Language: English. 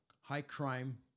high-crime